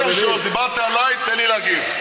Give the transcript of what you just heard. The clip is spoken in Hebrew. כבוד היושב-ראש, דיברת עלי, תן לי להגיב.